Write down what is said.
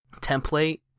template